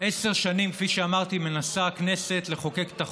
עשר שנים, כפי שאמרתי, מנסה הכנסת לחוקק את החוק,